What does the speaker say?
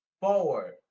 Forward